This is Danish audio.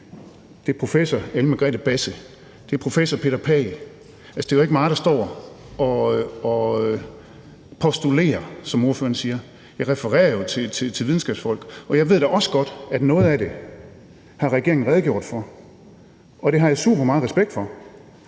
Det er professor Ellen Margrethe Basse, det er professor Peter Pagh, altså, det er jo ikke mig, der står og postulerer, som ordføreren siger, jeg refererer jo til videnskabsfolk, og jeg ved da også godt, at noget af det har regeringen redegjort for, og det har jeg supermeget respekt for,